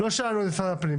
לא שאלנו את משרד הפנים,